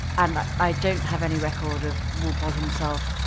and i don't have any record of walpole himself